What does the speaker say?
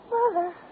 Mother